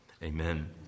Amen